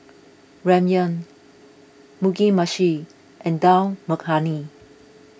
Ramyeon Mugi Meshi and Dal Makhani